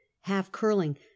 half-curling